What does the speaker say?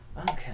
Okay